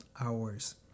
hours